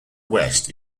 west